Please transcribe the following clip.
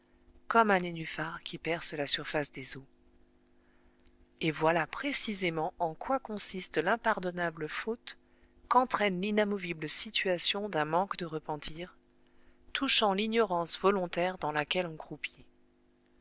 comme un nénuphar qui perce la surface des eaux et voilà précisément en quoi consiste l'impardonnable faute qu'entraîne l'inamovible situation d'un manque de repentir touchant l'ignorance volontaire dans laquelle on croupit